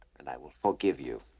and i will forgive you.